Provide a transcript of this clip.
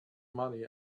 money